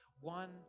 one